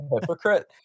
hypocrite